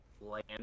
land